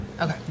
Okay